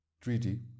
treaty